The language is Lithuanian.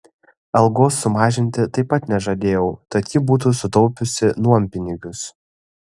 algos sumažinti taip pat nežadėjau tad ji būtų sutaupiusi nuompinigius